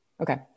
okay